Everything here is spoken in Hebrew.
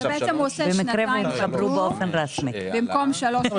הוא בעצם עושה שנתיים פטור, במקום שלוש.